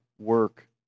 work